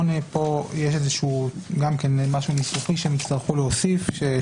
8" פה יש גם כאן משהו ניסוחי שהם יצטרכו להוסיף,